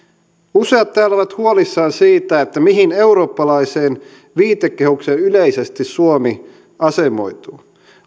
useat täällä ovat huolissaan siitä mihin eurooppalaiseen viitekehykseen yleisesti suomi asemoituu